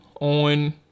on